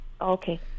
Okay